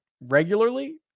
regularly